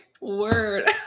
word